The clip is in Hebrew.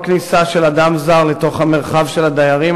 כל כניסה של אדם זר לתוך המרחב של הדיירים